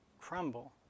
crumble